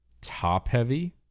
top-heavy